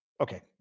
Okay